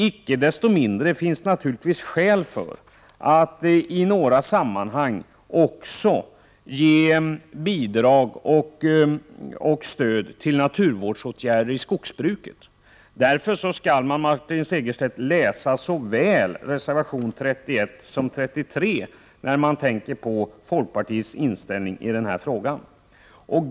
Icke desto mindre finns det naturligtvis skäl till att i några sammanhang också ge bidrag och stöd till naturvårdsåtgärder i skogsbruket. Man skall därför, Martin Segerstedt, läsa såväl reservation 31 som reservation 33 om man ser till folkpartiets inställning i den här frågan.